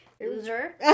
Loser